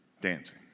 dancing